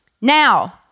Now